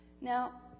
Now